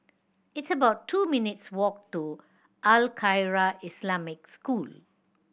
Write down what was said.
it's about two minutes' walk to Al Khairiah Islamic School